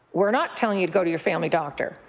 we're not telling you to go to your family doctor.